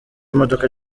imodoka